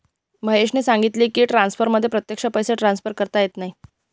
महेशने सांगितले की, ट्रान्सफरमध्ये प्रत्यक्ष पैसे ट्रान्सफर करता येत नाहीत